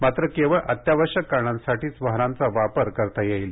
मात्र केवळ अत्यावश्यक कारणांसाठीच वाहनांचा वापर करता येईल